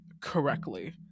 correctly